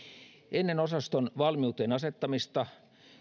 ennen osaston valmiuteen asettamista